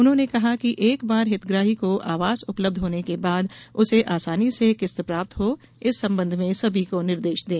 उन्होंने कहा कि एक बार हितग्राही को आवास उपलब्ध होने के बाद उसे आसानी से किस्त प्राप्त हो इस संबंध में सभी को निर्देश दें